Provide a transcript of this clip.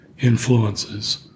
influences